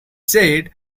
said